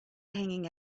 hanging